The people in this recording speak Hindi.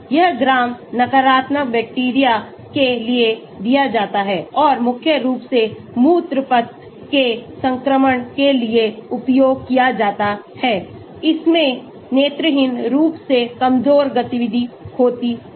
यह ग्राम नकारात्मक बैक्टीरिया के लिए दिया जाता है और मुख्य रूप से मूत्र पथ के संक्रमण के लिए उपयोग किया जाता है इसमें नेत्रहीन रूप से कमजोर गतिविधि होती है